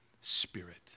spirit